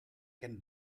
can